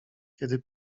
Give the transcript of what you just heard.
kiedy